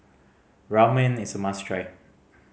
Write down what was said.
ramen is a must try